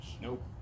Nope